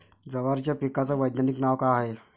जवारीच्या पिकाचं वैधानिक नाव का हाये?